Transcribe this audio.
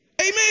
Amen